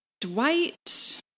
Dwight